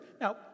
Now